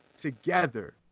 Together